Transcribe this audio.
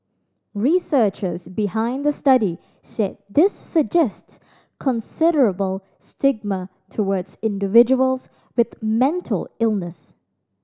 researchers behind the study said this suggests considerable stigma towards individuals with mental illness